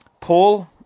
Paul